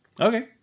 Okay